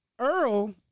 Earl